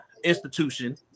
institution